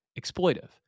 exploitive